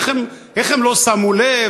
איך הן לא שמו לב?